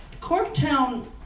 Corktown